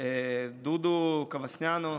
דודו קובסניאנו,